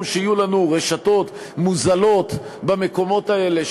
שיהיו לנו רשתות מוזלות במקומות האלה,